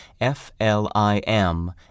F-L-I-M